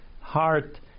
heart